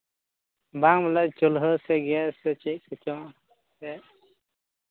ᱵᱟᱝ ᱵᱚᱞᱮ ᱪᱩᱞᱦᱟᱹ ᱥᱮ ᱜᱮᱥ ᱥᱮ ᱪᱮᱫ ᱠᱚᱪᱚᱝ ᱪᱮᱫ